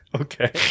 Okay